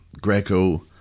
Greco